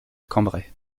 cambrai